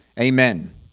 Amen